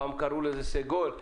פעם קראו לזה סגול,